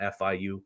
FIU